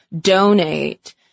donate